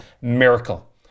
miracle